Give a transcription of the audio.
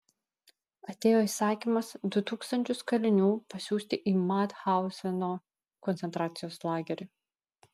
atėjo įsakymas du tūkstančius kalinių pasiųsti į mathauzeno koncentracijos lagerį